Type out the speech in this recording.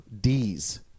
D's